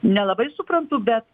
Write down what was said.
nelabai suprantu bet